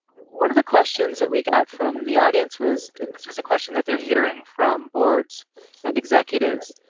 one of the questions that we got from the audience was this was a question that they're hearing from boards and executives.